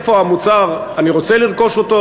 איפה אני רוצה לרכוש אותו.